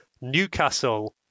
Newcastle